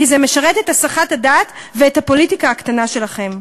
כי זה משרת את הסחת הדעת ואת הפוליטיקה הקטנה שלכם.